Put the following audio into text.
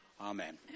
Amen